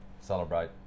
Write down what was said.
Celebrate